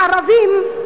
"ערבים",